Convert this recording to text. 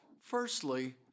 Firstly